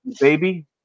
baby